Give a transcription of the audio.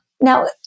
Now